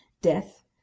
death